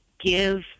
give